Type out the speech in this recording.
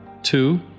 Two